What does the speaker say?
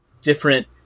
different